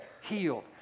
healed